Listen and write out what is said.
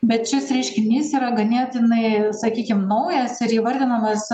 bet šis reiškinys yra ganėtinai sakykim naujas ir įvardinamas